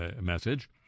message